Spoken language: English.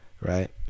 right